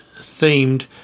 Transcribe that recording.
themed